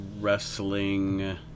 wrestling